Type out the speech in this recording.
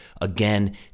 Again